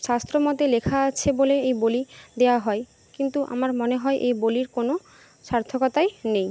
শাস্ত্রমতে লেখা আছে বলে এই বলি দেওয়া হয় কিন্তু আমার মনে হয় এই বলির কোনো সার্থকতাই নেই